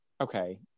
okay